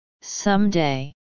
Someday